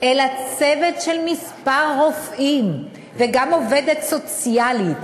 אלא צוות של כמה רופאים וגם עובדת סוציאלית